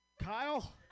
Kyle